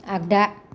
आगदा